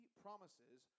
promises